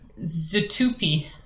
Zatupi